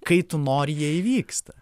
kai tu nori jie įvyksta